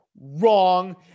wrong